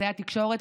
אמצעי התקשורת,